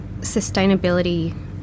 sustainability